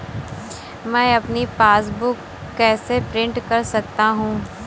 मैं अपनी पासबुक कैसे प्रिंट कर सकता हूँ?